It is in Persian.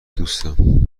دوستم